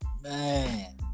Man